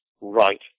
right